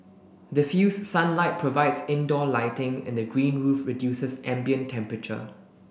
diffused sunlight provides indoor lighting and the green roof reduces ambient temperature